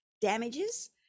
Damages